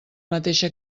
mateixa